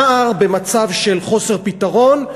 נער במצב של חוסר פתרון,